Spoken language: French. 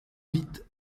vite